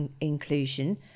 inclusion